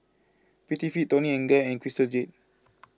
Prettyfit Toni and Guy and Crystal Jade